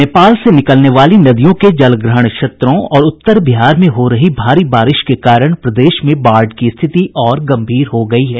नेपाल से निकलने वाली नदियों के जलग्रहण क्षेत्रों और उत्तर बिहार में हो रही भारी बारिश के कारण प्रदेश में बाढ़ की स्थिति और गम्भीर हो गयी है